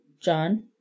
John